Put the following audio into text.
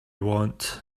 want